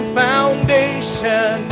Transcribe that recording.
foundation